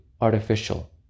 artificial